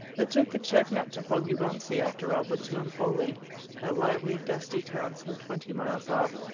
they took the cheque not to poggibonsi, after all, but to empoli a lively, dusty town some twenty miles off.